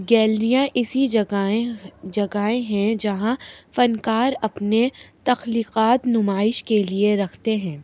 گیلریاں اسی جگہیں جگہیں ہیں جہاں فنکار اپنے تخلیقات نمائش کے لیے رکھتے ہیں